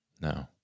No